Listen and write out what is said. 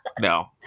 no